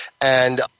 and-